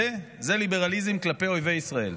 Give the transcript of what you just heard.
זה ליברליזם כלפי אויבי ישראל.